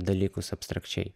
dalykus abstrakčiai